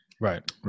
Right